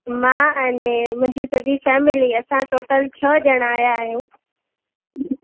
मां अने मुंहिंजी सॼी फैमिली असां टोटल छह ॼणा आया आहियूं